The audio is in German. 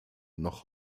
noch